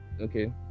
okay